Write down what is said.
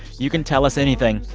you can tell us anything.